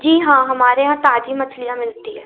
जी हाँ हमारे यहाँ ताजी मछलियाँ मिलती है